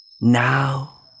Now